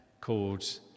called